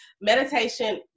meditation